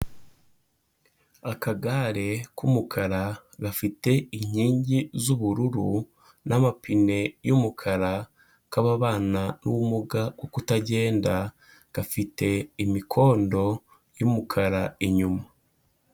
Akagare k'umukara gafite inkingi z'ubururu n'amapine y'umukara k'ababana n'ubumuga bwo kutagenda, gafite imikondo y'umukara inyuma.